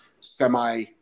semi